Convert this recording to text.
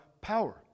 power